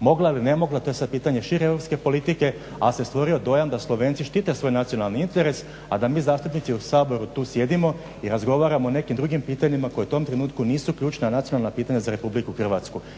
mogla ili ne mogla, to je sad pitanje šire europske politike ali se stvorio dojam da Slovenci štite svoj nacionalni interes a da mi zastupnici u Saboru tu sjedimo i razgovaramo o nekim drugim pitanjima koje u tom trenutku nisu ključna nacionalna pitanja za RH.